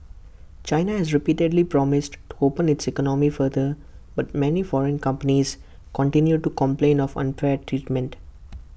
China has repeatedly promised to open its economy further but many foreign companies continue to complain of unfair treatment